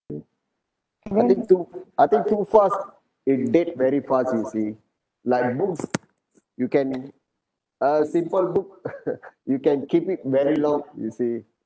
I think too I think too fast will dead very fast you see like books you can uh simple book you can keep it very long you see